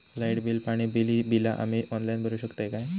Light bill, पाणी bill, ही बिला आम्ही ऑनलाइन भरू शकतय का?